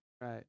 right